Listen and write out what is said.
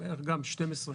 12,